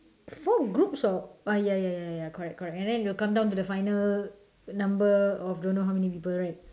four groups of ya ya ya correct correct then it will come down to the final number of don't know how many people right